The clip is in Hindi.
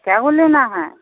क्या वह लेना है